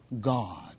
God